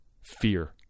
fear